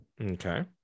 okay